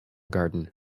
garden